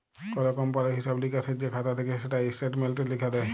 call কমপালির হিঁসাব লিকাসের যে খাতা থ্যাকে সেটা ইস্ট্যাটমেল্টে লিখ্যে দেয়